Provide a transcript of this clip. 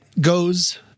goes